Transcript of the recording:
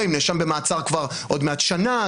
הנאשם במעצר כבר עוד מעט שנה.